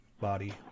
body